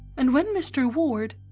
and when mr. ward,